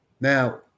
Now